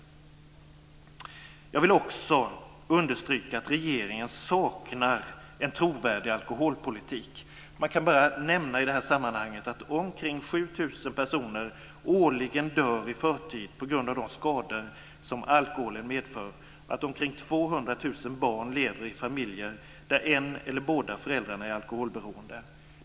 Jag vill understryka att regeringen saknar en trovärdig alkoholpolitik. Vi kan nämna i sammanhanget att omkring 7 000 personer årligen dör i förtid på grund av de skador som alkoholen medför och att omkring 200 000 barn lever i familjer där en eller båda föräldrarna är alkoholberoende.